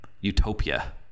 utopia